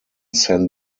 san